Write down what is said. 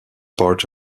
part